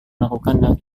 melakukan